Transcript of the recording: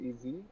easy